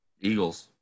Eagles